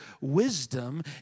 wisdom